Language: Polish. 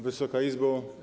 Wysoka Izbo!